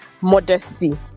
modesty